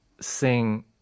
sing